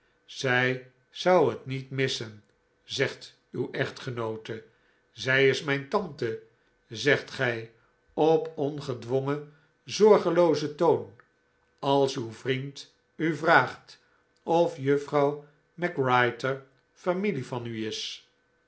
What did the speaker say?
zij zou het niet missen zegt uw echtgenoote zij is mijn tante zegt gij op ongedwongen zorgeloozen toon als uw vriend u vraagt of juffrouw mac whirter familie van u is